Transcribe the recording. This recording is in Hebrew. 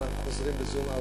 ואנחנו חוזרים ל-zoom out,